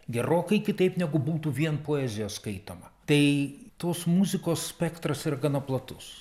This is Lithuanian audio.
gerokai kitaip negu būtų vien poezija skaitoma tai tos muzikos spektras yra gana platus